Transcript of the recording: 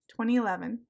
2011